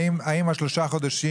האם על שלושה חודשים